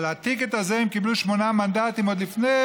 על הטיקט הזה הם קיבלו שמונה מנדטים עוד לפני